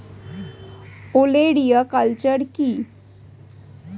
ওলেরিয়া কালচার কি?